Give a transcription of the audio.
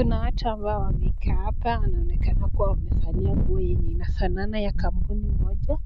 Kuna watu ambao wamekaa hapa wanaonekana wamevaa nguo yenye inafanana ya kampuni moja.